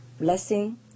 blessing